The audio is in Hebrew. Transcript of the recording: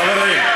חברים,